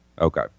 Okay